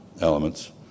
elements